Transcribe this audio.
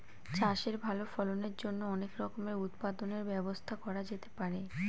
চাষের ভালো ফলনের জন্য অনেক রকমের উৎপাদনের ব্যবস্থা করা যেতে পারে